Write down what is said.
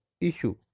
issue